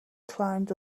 climbed